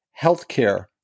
healthcare